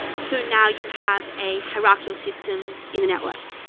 so now you have a hierarchal system in the network.